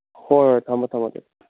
ꯍꯣꯏ ꯍꯣꯏ ꯊꯝꯃꯣ ꯊꯝꯃꯣ ꯑꯗꯨꯗꯤ